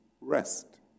rest